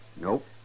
Nope